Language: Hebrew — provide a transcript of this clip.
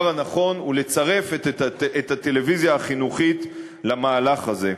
הנכון ולצרף את הטלוויזיה החינוכית למהלך הזה,